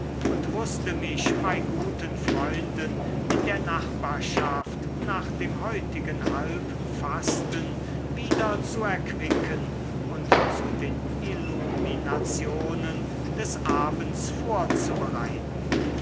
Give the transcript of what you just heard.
und wußte mich bei guten freunden in der nachbarschaft nach dem heutigen halbfasten wieder zu erquicken und zu den illuminationen des abends vorzubereiten